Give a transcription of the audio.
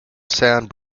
sound